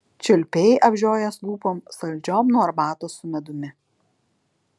čiulpei apžiojęs lūpom saldžiom nuo arbatos su medumi